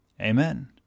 Amen